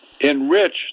enrich